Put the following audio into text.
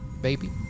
Baby